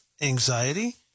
anxiety